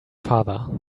father